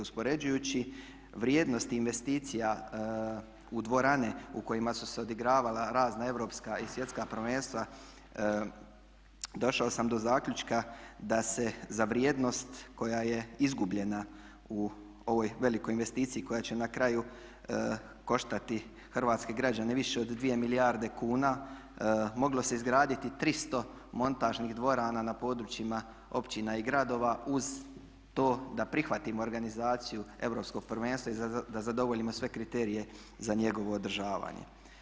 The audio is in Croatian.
Uspoređujući vrijednosti investicija u dvorane u kojima su se odigravala razna europska i svjetska prvenstva došao sam do zaključka da se za vrijednost koja je izgubljena u ovoj velikoj investiciji koja će na raju koštati hrvatske građane više od dvije milijarde kuna moglo se izgraditi 300 montažnih dvorana na područjima općina i gradova uz to da prihvatimo organizaciju europskog prvenstva i da zadovoljimo sve kriterije za njegovo održavanje.